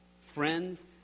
Friends